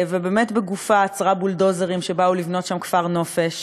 ובאמת בגופה עצרה בולדוזרים שבאו לבנות שם כפר-נופש,